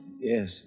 Yes